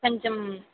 కొంచెం